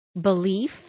belief